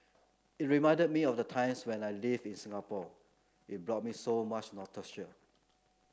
it reminded me of the times where I lived in Singapore it brought me so much